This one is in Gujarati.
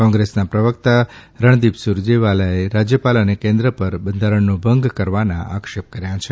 કોંગ્રેસના પ્રવકતા રણદીપ સુરજેવાલે રાજયપાલ અને કેન્દ્ર પરર બંધારણનો ભંગ કરવાના આક્ષેપ કર્યા છે